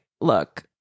look